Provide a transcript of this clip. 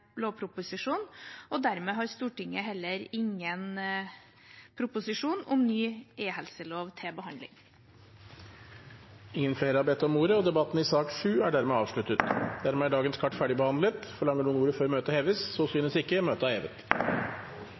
Dermed har Stortinget heller ingen proposisjon om ny e-helselov til behandling. Flere har ikke bedt om ordet til sak nr. 7. Dermed er dagens kart ferdigdebattert. Forlanger noen ordet før møtet heves? – Så synes ikke, og møtet er hevet.